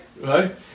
Right